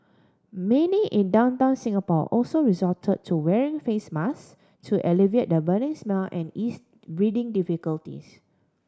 many in downtown Singapore also resort to wearing face masks to alleviate the burning smell and ease breathing difficulties